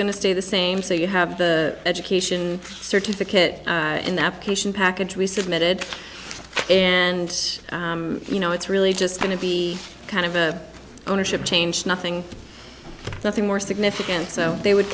to stay the same so you have the education certificate in the application package we submitted and you know it's really just going to be kind of a ownership change nothing nothing more significant so they would